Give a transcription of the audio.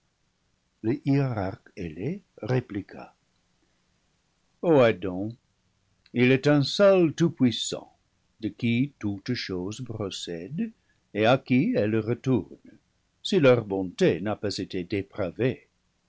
ailé répliqua o adam il est un seul tout-puissant de qui toutes choses procèdent et à qui elles retournent si leur bonté n'a pas été dépravée